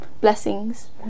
blessings